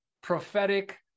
prophetic